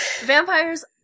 Vampires